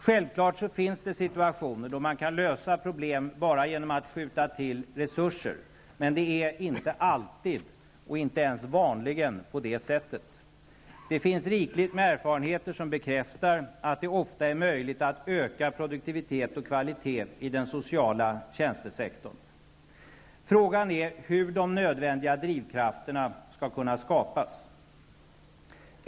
Självklart finns det situationer då man kan lösa problem bara genom att skjuta till resurser, men det är inte alltid, inte ens vanligen, på det sättet. Det finns rikligt med erfarenheter som bekräftar att det ofta är möjligt att öka produktivitet och kvalitet i den sociala tjänstesektorn. Frågan är hur de nödvändiga drivkrafterna skall kunna skapas.